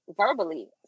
verbally